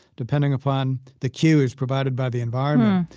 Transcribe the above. depending upon the cue, as provided by the environment,